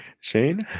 Shane